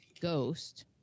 Ghost